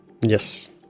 Yes